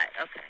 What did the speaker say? Okay